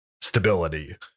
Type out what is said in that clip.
stability